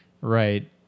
Right